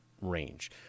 range